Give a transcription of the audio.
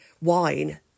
wine